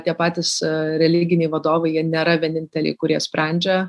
tie patys religiniai vadovai jie nėra vieninteliai kurie sprendžia